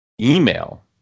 email